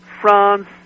France